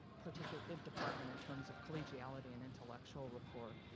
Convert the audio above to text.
particular department in terms of collegiality and intellectual rapport.